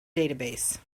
database